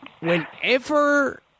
whenever